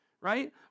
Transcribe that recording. Right